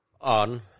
on